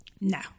No